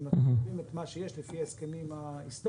הם מקבלים את מה שיש לפי ההסכמים ההיסטוריים,